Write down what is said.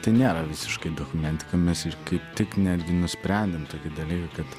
tai nėra visiškai dokumentika mes ir kaip tik netgi nusprendėm tokį dalyką kad